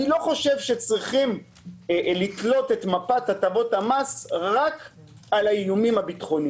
אני לא חושב שצריך לתלות את מפת הטבות המס רק על האיומים הביטחוניים.